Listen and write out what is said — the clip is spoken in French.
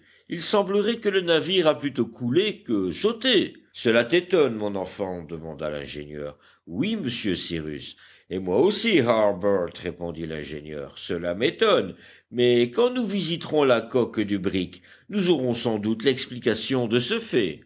il semblerait que le navire a plutôt coulé que sauté cela t'étonne mon enfant demanda l'ingénieur oui monsieur cyrus et moi aussi harbert répondit l'ingénieur cela m'étonne mais quand nous visiterons la coque du brick nous aurons sans doute l'explication de ce fait